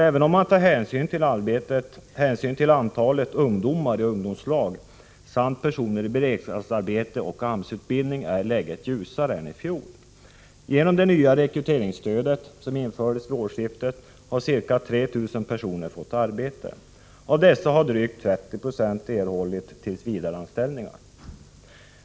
Även om man tar hänsyn till antalet ungdomar i ungdomslag samt personer i beredskapsarbete och AMS-utbildning är läget ljusare än i fjol. Genom det nya rekryteringsstödet som infördes vid årsskiftet har ca 3 000 personer fått arbete. Av dessa har drygt 30 20 erhållit tillsvidareanställningar.